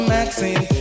Maxine